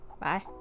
Bye